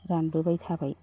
रानबोबाय थाबाय